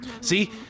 See